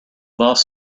boss